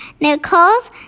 Nicole's